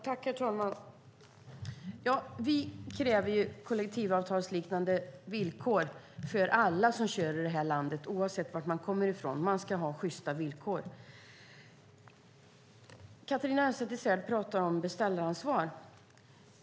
Herr talman! Vi kräver kollektivavtalsliknande villkor för alla som kör i det här landet, oavsett var man kommer ifrån. Man ska ha sjysta villkor. Catharina Elmsäter-Svärd talar om beställaransvar.